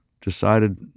decided